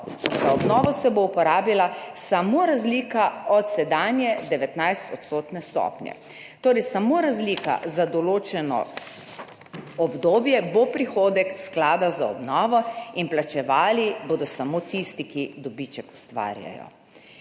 za obnovo uporabila samo razlika od sedanje 19-odstotne stopnje. Torej, samo razlika za določeno obdobje bo prihodek sklada za obnovo in plačevali bodo samo tisti, ki dobiček ustvarjajo.